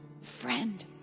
friend